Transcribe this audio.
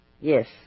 Yes